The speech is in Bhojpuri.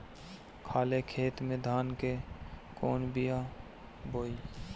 खाले खेत में धान के कौन बीया बोआई?